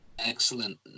Excellent